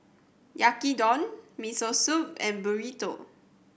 Yaki Udon Miso Soup and Burrito